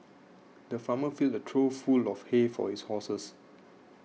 the farmer filled a trough full of hay for his horses